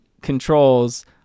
controls